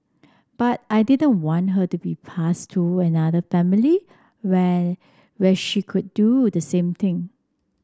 but I didn't want her to be passed to another family where where she could do the same thing